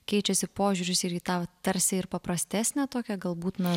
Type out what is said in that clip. keičiasi požiūris ir į tą tarsi ir paprastesnę tokią galbūt na